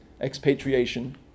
expatriation